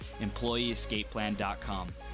EmployeeEscapePlan.com